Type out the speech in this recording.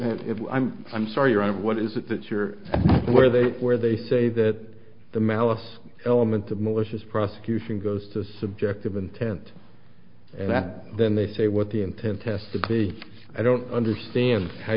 if i'm i'm sorry your honor what is it that you're where they where they say that the malice element of malicious prosecution goes to subjective intent and that then they say what the intent test to be i don't understand how